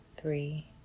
three